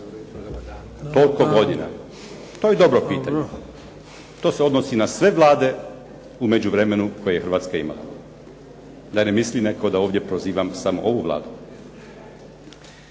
toliko godina? To je dobro pitanje. To se odnosi na sve vlade u međuvremenu koje je Hrvatska imala. Da ne misli netko da ovdje prozivam samo ovu Vladu.